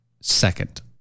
Second